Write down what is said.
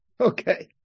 Okay